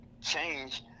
change